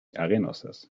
arenosas